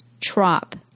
TROP